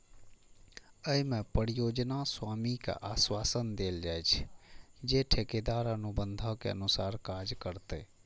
अय मे परियोजना स्वामी कें आश्वासन देल जाइ छै, जे ठेकेदार अनुबंधक अनुसार काज करतै